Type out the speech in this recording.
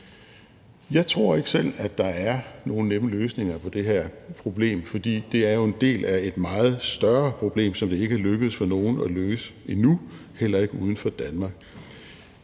Jeg tror ikke selv, at der er nogen nemme løsninger på det her problem, fordi det jo er en del af et meget større problem, som det ikke er lykkedes for nogen at løse endnu, heller ikke uden for Danmark.